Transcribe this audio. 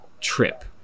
trip